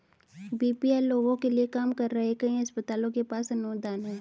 BPL लोगों के लिए काम कर रहे कई अस्पतालों के पास अनुदान हैं